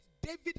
David